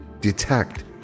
detect